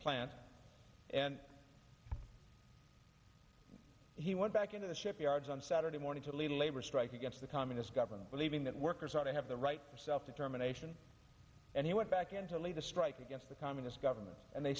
plant and he went back into the shipyards on saturday morning to lead a labor strike against the communist government believing that workers ought to have the right of self determination and he went back in to lead the strike against the communist government and they